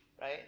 right